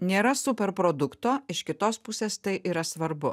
nėra superprodukto iš kitos pusės tai yra svarbu